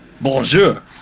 Bonjour